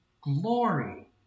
glory